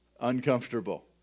uncomfortable